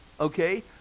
okay